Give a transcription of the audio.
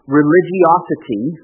religiosity